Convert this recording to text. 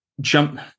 jump